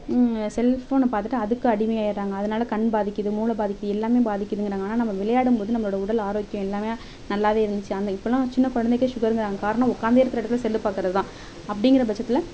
செல் ஃபோனை பார்த்துட்டு அதுக்கு அடிமை ஆகிடுறாங்க அதனால கண் பாதிக்குது மூளை பாதிக்குது எல்லாமே பாதிக்குதுங்கிறாங்க ஆனால் நம்ம விளையாடும்போது நம்மளோட உடல் ஆரோக்கியம் எல்லாமே நல்லாவே இருந்துச்சு ஆனால் இப்பெல்லாம் சின்ன குழந்தைக்கே ஷுகருங்கிறாங்க காரணம் உக்காந்த இடத்துலேருந்தே செல்லு பார்க்கறது தான் அப்படிங்கிற பட்சத்தில்